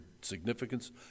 significance